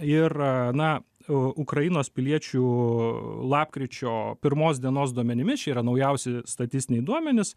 ir na ukrainos piliečių lapkričio pirmos dienos duomenimis čia yra naujausi statistiniai duomenys